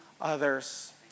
others